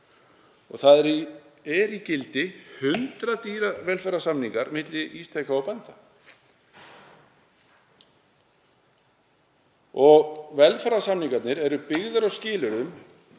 Það eru í gildi 100 dýravelferðarsamningar milli Ísteka og bænda. Velferðarsamningarnir eru byggðir á skilyrðum